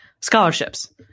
scholarships